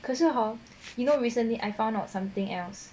可是 hor you know recently I found out something else